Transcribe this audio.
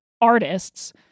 artists